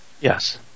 Yes